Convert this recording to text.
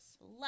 love